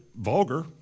vulgar